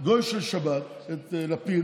גוי של שבת, את לפיד,